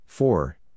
Four